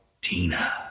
Tina